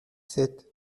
sept